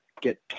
get